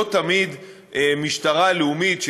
שלא תמיד משטרה לאומית,